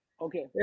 Okay